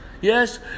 Yes